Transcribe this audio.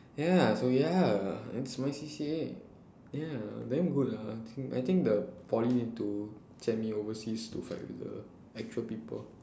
ya so ya it's my C_C_A ya damn good lah think I think the poly need to send me overseas to fight with the actual people